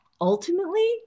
ultimately